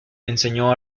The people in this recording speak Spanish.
enseñó